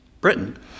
Britain